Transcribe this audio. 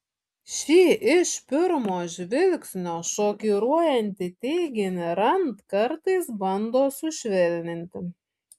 šį iš pirmo žvilgsnio šokiruojantį teiginį rand kartais bando sušvelninti